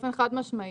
באופן חד משמעי.